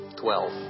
twelve